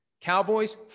Cowboys